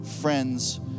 friends